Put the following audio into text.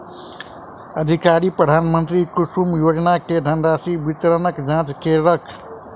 अधिकारी प्रधानमंत्री कुसुम योजना के धनराशि वितरणक जांच केलक